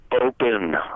open